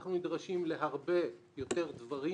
אנחנו נדרשים להרבה יותר דברים